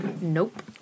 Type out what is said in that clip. Nope